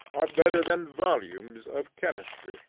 are better than volumes of chemistry.